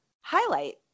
highlight